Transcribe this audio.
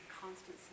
constant